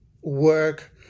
work